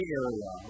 area